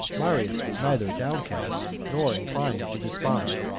marius was neither downcast nor inclined to despond.